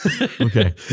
Okay